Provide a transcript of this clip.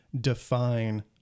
define